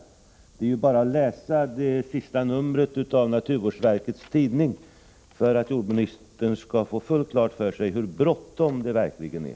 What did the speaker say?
Jordbruksministern behöver bara läsa det senaste numret av naturvårdsverkets tidning för att få fullt klart för sig hur bråttom det verkligen är.